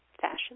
fashion